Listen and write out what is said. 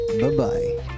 Bye-bye